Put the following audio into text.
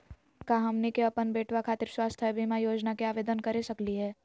का हमनी के अपन बेटवा खातिर स्वास्थ्य बीमा योजना के आवेदन करे सकली हे?